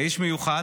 איש מיוחד.